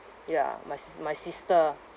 ya my s~ my sister